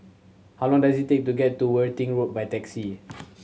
how long does it take to get to Worthing Road by taxi